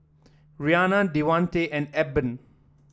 Rianna Devante and Eben